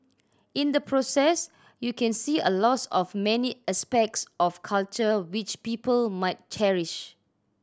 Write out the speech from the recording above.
in the process you can see a loss of many aspects of culture which people might cherish